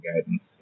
guidance